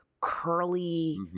curly